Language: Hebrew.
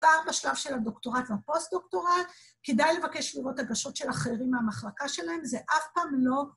‫אותר בשלב של הדוקטורט והפוסט-דוקטורט. ‫כדאי לבקש לראות הגשות ‫של אחרים מהמחלקה שלהם, ‫זה אף פעם לא...